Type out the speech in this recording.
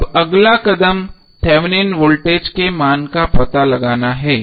अब अगला कदम थेवेनिन वोल्टेज के मान का पता लगाना है